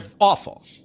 awful